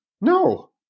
no